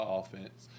offense